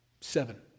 seven